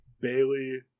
Bailey